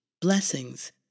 blessings